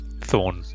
Thorn